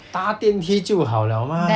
搭电梯就好 liao mah